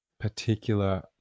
particular